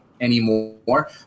anymore